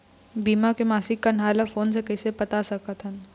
बीमा के मासिक कन्हार ला फ़ोन मे कइसे पता सकत ह?